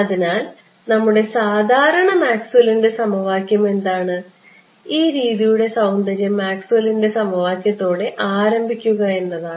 അതിനാൽ നമ്മുടെ സാധാരണ മാക്സ്വെല്ലിന്റെ സമവാക്യം എന്താണ് ഈ രീതിയുടെ സൌന്ദര്യം മാക്സ്വെല്ലിന്റെ സമവാക്യത്തോടെ ആരംഭിക്കുക എന്നതാണ്